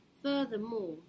Furthermore